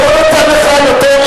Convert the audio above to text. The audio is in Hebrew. לא נותן לך יותר.